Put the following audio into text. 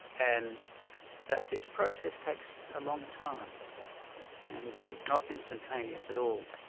and that this process takes a long time and is not instantaneous at all.